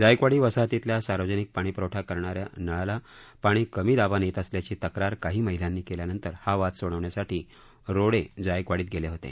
जायकवाडी वसाहतीतल्या सार्वजनिक पाणीप्रवठा करणाऱ्या नळाला पाणी कमी दाबानं येत असल्याची तक्रार काही महिलांनी केल्यानंतर हा वाद सोडवण्यासाठी रोडे जायकवाडीत गेले होते